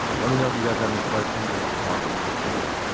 let me know if you guys have any questions and i'll talk to you next video.